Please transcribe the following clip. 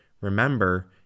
Remember